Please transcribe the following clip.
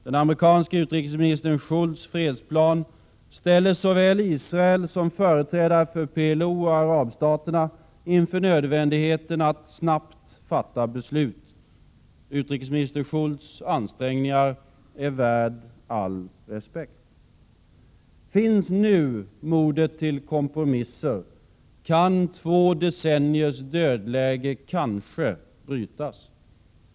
Den amerikanska utrikesministern Shultz fredsplan ställer såväl Israel som företrädare för PLO och arabstaterna inför nödvändigheten att snabbt fatta beslut. Utrikesminister Shultz ansträngningar är värda all respekt. Finns nu modet till kompromisser, kan två decenniers dödläge kanske brytas.